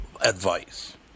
advice